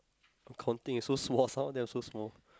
I'm counting is so small some of them are so small